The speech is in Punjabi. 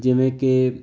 ਜਿਵੇਂ ਕਿ